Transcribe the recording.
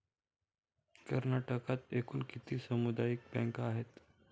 कर्नाटकात एकूण किती सामुदायिक बँका आहेत?